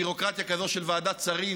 ביורוקרטיה כזאת של ועדת שרים,